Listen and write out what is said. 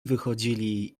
wychodzili